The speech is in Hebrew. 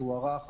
זה הוארך,